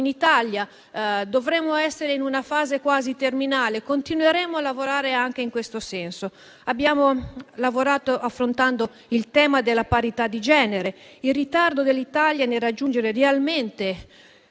in Italia. Dovremmo essere in una fase quasi terminale e continueremo a lavorare anche in questo senso. Abbiamo lavorato affrontando il tema della parità di genere e il ritardo dell'Italia nel raggiungere realmente